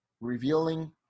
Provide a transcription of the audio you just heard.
revealing